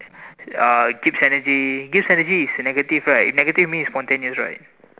uh keeps energy give energy is negative right negative means it's spontaneous right